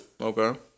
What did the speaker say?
Okay